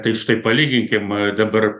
tai štai palyginkim dabar